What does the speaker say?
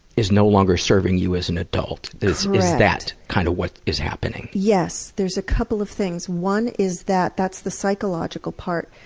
is no longer serving you as an adult. is that kind of what is happening? yes, there's a couple of things. one is that that's the psychological part.